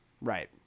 Right